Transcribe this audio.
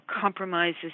compromises